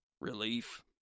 relief